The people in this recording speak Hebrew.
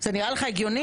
זה נראה לך הגיוני?